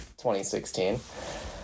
2016